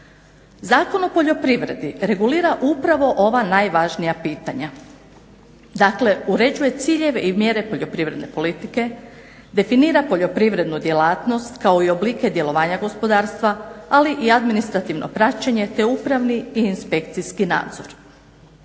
Zakon o poljoprivredi regulira upravo ova najvažnija pitanja. Dakle, uređuje ciljeve i mjere poljoprivredne politike, definira poljoprivrednu djelatnost kao i oblike djelovanja gospodarstva, ali i administrativno praćenje, te upravni i inspekcijski nadzor.